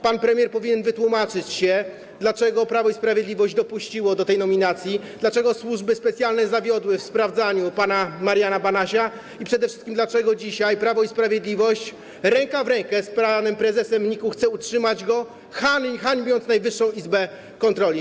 Pan premier powinien wytłumaczyć się z tego, dlaczego Prawo i Sprawiedliwość dopuściło do tej nominacji i dlaczego służby specjalne zawiodły przy sprawdzaniu pana Mariana Banasia, a przede wszystkim z tego, dlaczego dzisiaj Prawo i Sprawiedliwość - ręka w rękę z panem prezesem NIK - chce go utrzymać, hańbiąc Najwyższą Izbę Kontroli.